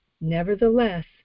Nevertheless